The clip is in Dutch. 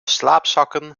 slaapzakken